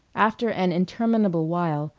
after an interminable while,